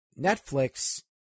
Netflix